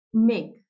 make